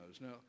Now